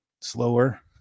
slower